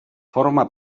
forma